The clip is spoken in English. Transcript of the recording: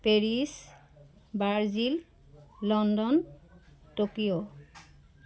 Paris Brazil London Tokyo